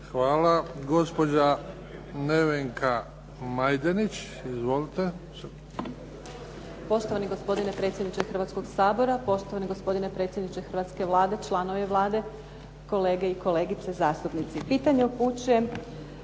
(HDZ)** Gospođa Nevenka Majdenić. Izvolite.